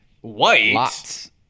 White